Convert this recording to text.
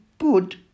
Put